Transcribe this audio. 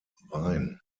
wein